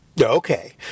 Okay